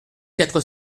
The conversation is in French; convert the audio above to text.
quatre